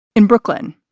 in brooklyn,